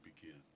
begin